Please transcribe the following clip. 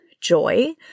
joy